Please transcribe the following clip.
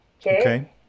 Okay